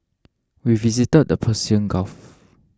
we visited the Persian Gulf